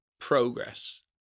progress